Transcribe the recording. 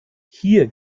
hier